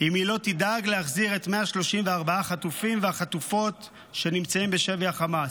אם היא לא תדאג להחזיר את 134 החטופים והחטופות שנמצאים בשבי חמאס.